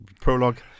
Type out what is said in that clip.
prologue